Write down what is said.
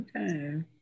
Okay